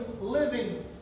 living